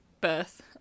birth